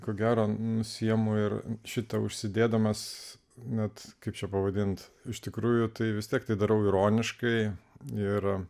ko gero nusiimu ir šitą užsidėdamas net kaip čia pavadinti iš tikrųjų tai vis tiek tai darau ironiškai nėra